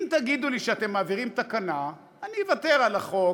אם תגידו לי שאתם מעבירים תקנה אני אוותר על החוק,